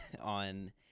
on